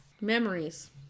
Memories